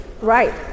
right